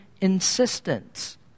insistence